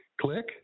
Click